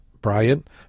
Bryant